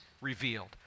revealed